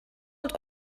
und